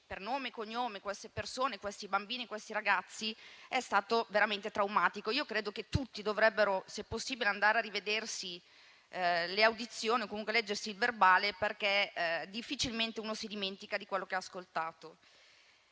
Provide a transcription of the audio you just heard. per nome e cognome quelle persone, quei bambini e quei ragazzi è stato veramente traumatico. Io credo che tutti se possibile, dovrebbero andarsi a rivedere le audizioni o comunque leggerne il resoconto, perché difficilmente ci si dimentica di quello che si è ascoltato.